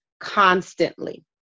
constantly